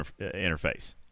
interface